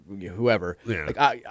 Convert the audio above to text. whoever